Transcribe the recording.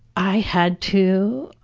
i had to.